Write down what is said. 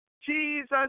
Jesus